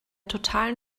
totalen